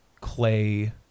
clay